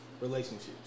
relationships